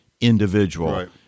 individual